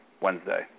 Wednesday